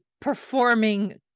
performing